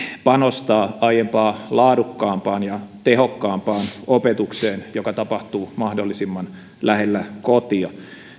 panostaa aiempaa laadukkaampaan ja tehokkaampaan opetukseen joka tapahtuu mahdollisimman lähellä kotia